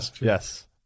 yes